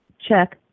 check